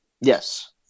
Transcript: Yes